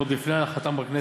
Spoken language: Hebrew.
עוד לפני הנחתה בכנסת,